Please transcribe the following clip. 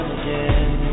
again